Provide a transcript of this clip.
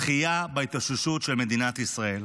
דחייה בהתאוששות של מדינת ישראל.